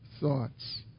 thoughts